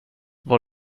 var